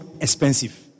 expensive